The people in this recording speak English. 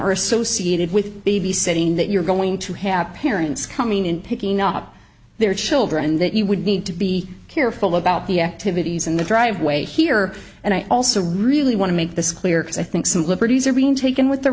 are associated with babysitting that you're going to have parents coming in picking up their children that you would need to be careful about the activities in the driveway here and i also really want to make this clear as i think some liberties are being taken with the